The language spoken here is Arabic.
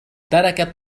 تركت